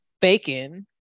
bacon